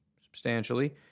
substantially